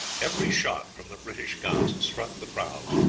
every shot from the british guns struck the prahus,